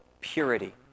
purity